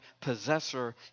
possessor